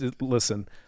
listen –